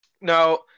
now